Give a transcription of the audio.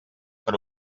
per